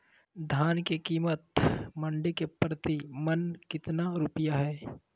धान के कीमत मंडी में प्रति मन कितना रुपया हाय?